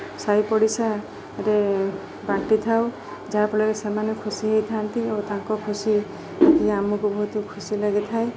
ସାଇ ପଡ଼ିଶାରେ ବାଣ୍ଟିଥାଉ ଯାହାଫଳରେ ସେମାନେ ଖୁସି ହେଇଥାନ୍ତି ଓ ତାଙ୍କ ଖୁସି ଦେଖିକି ଆମକୁ ବହୁତ ଖୁସି ଲାଗିଥାଏ